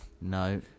No